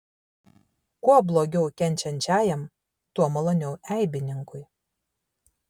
kuo blogiau kenčiančiajam tuo maloniau eibininkui